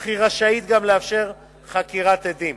אך היא רשאית גם לאפשר חקירת עדים